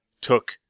took